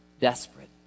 desperate